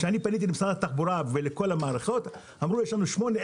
כשפניתי למשרד התחבורה ולכל המערכות אמרו 'יש לנו שמונה,